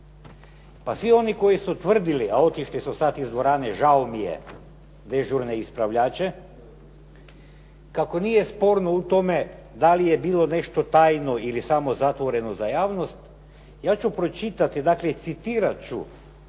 Pa svi oni koji su tvrdili, a otišli su sada iz dvorane žao mi je, dežurne ispravljače, kako nije sporno u tome da li je bilo nešto tajno ili samo zatvoreno za javnost. Ja ću pročitati, dakle citirat ću